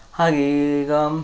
ಹಾಗೇ ಈಗ